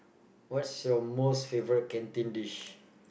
what's your most favorite canteen dish